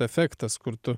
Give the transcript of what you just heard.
efektas kur tu